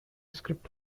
script